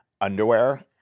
Underwear